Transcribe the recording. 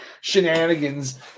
shenanigans